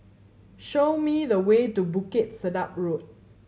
show me the way to Bukit Sedap Road